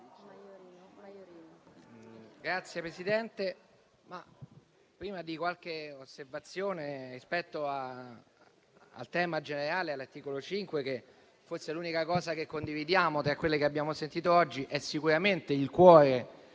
Signora Presidente, prima di qualche osservazione rispetto al tema generale e all'articolo 5, forse l'unica cosa che condividiamo tra quelle che abbiamo sentito oggi è che l'articolo